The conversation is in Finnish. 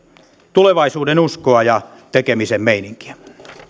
tulevaisuudenuskoa ja tekemisen meininkiä